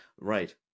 Right